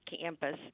campus